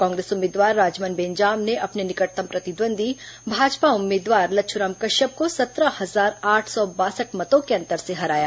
कांग्रेस उम्मीदवार राजमन बेंजाम ने अपने निकटतम प्रतिद्वंदी भाजपा उम्मीदवार लच्छूराम कश्यप को सत्रह हजार आठ सौ बासठ मतों के अंतर से हराया